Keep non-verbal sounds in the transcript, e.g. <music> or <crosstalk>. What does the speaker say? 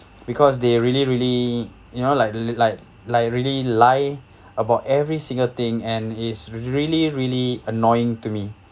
because they really really you know like the like like really lie <breath> about every single thing and is really really annoying to me